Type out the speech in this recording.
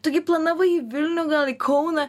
tu gi planavai į vilnių gal į kauną